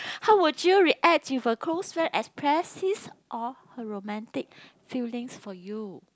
how would you react if a close friend express his or her romantic feelings for you